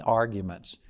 arguments